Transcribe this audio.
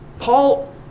Paul